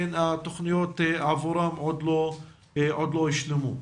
שעדיין התכניות עבורם עוד לא הושלמו.